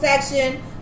section